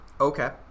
Okay